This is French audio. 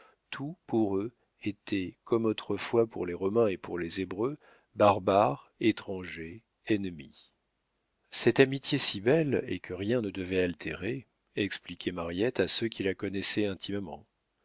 tout pour eux était comme autrefois pour les romains et pour les hébreux barbare étranger ennemi cette amitié si belle et que rien ne devait altérer expliquait mariette à ceux qui la connaissaient